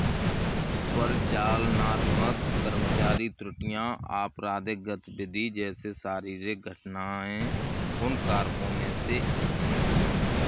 परिचालनात्मक कर्मचारी त्रुटियां, आपराधिक गतिविधि जैसे शारीरिक घटनाएं उन कारकों में से है